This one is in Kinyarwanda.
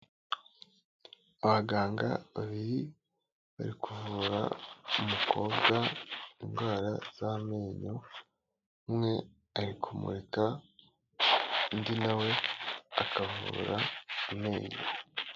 Abaganga babiri bari kuvura umukobwa indwara z'amenyo, umwe ari kumurika undi nawe akavura amenyo.